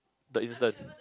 the instant